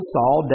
Saul